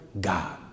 God